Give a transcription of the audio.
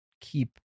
keep